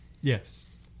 Yes